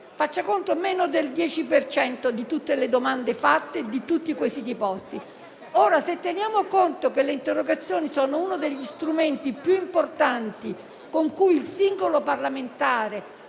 corrisponde a meno del 10 per cento di tutte le domande fatte e di tutti i quesiti posti. Se teniamo conto che le interrogazioni sono uno degli strumenti più importanti con cui il singolo parlamentare